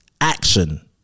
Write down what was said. action